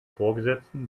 vorgesetzten